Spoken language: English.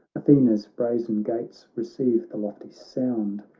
athena's brazen gates receive the lofty sound.